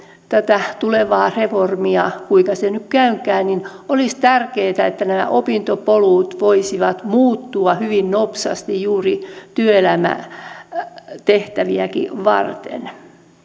tätä tulevaa reformia kuinka sen nyt käykään niin olisi tärkeätä että nämä opintopolut voisivat muuttua hyvin nopsasti juuri työelämätehtäviäkin varten